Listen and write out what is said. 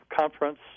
conference